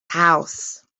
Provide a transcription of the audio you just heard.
house